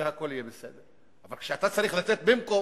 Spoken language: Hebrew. והכול יהיה בסדר, אבל כשאתה צריך לתת במקום,